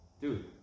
dude